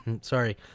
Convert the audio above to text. Sorry